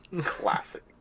classic